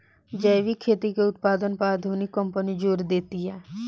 जैविक खेती के उत्पादन पर आधुनिक कंपनी जोर देतिया